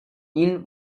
ihnen